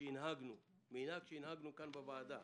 שהנהגנו מנהג שהנהגנו כאן בוועדה,